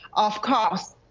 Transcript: of course.